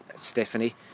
Stephanie